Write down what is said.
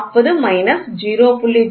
00 minus 0